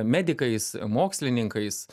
medikais mokslininkais